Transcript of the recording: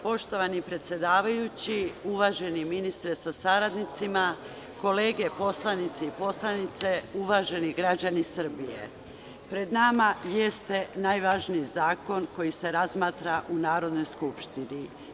Poštovani predsedavajući, uvaženi ministre sa saradnicima, kolege poslanici i poslanice, uvaženi građani Srbije, pred nama je najvažniji zakon koji se razmatra u Narodnoj skupštini.